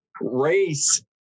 race